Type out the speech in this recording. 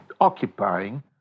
occupying